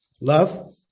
love